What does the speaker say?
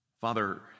Father